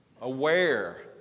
aware